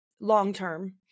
long-term